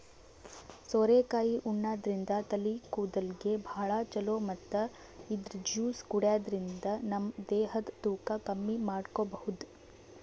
ಸೋರೆಕಾಯಿ ಉಣಾದ್ರಿನ್ದ ತಲಿ ಕೂದಲ್ಗ್ ಭಾಳ್ ಛಲೋ ಮತ್ತ್ ಇದ್ರ್ ಜ್ಯೂಸ್ ಕುಡ್ಯಾದ್ರಿನ್ದ ನಮ ದೇಹದ್ ತೂಕ ಕಮ್ಮಿ ಮಾಡ್ಕೊಬಹುದ್